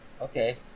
okay